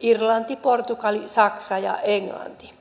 irlanti portugali saksa ja englanti